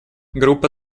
группа